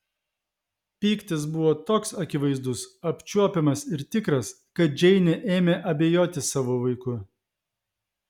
pyktis buvo toks akivaizdus apčiuopiamas ir tikras kad džeinė ėmė abejoti savo vaiku